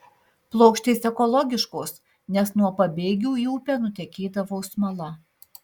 plokštės ekologiškos nes nuo pabėgių į upę nutekėdavo smala